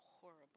horrible